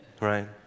right